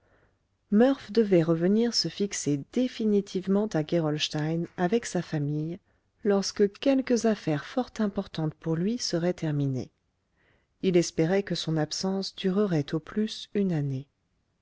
murph devait revenir se fixer définitivement à gerolstein avec sa famille lorsque quelques affaires fort importantes pour lui seraient terminées il espérait que son absence durerait au plus une année